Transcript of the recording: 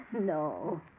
No